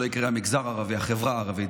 שלא ייקרא המגזר הערבי אלא החברה הערבית,